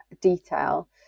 detail